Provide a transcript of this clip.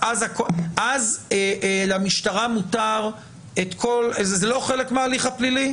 אז זה לא חלק מההליך הפלילי?